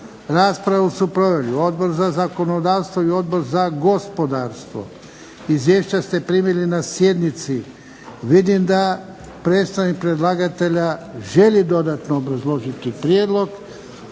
Raspravu su proveli Odbor za zakonodavstvo i Odbor za gospodarstvo. Izvješća ste primili na sjednici. Vidim da predstavnik predlagatelja želi dodatno obrazložiti prijedlog,